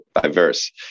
diverse